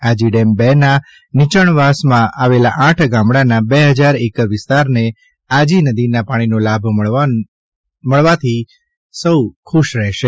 Aji dam બે ના નીચાણવાસમાં આવેલા આઠ ગામડાંના બે હજાર એકર વિસ્તારને આજી નદીના પાણીનો લાભ મળવાનો હોવાથી સૌ ખુશ છે